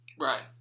Right